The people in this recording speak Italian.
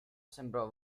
sembrò